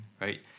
right